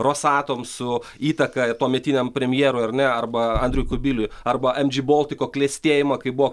rosatom su įtaka tuometiniam premjerui ar ne arba andriui kubiliui arba em džy boltiko klestėjimą kai buvo